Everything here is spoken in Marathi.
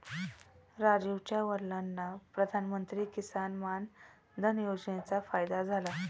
राजीवच्या वडिलांना प्रधानमंत्री किसान मान धन योजनेचा फायदा झाला